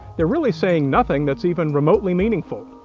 they're really saying nothing that's even remotely meaningful.